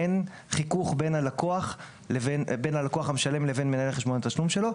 אין חיכוך בין הלקוח המשלם לבין מנהל חשבון התשלום שלו,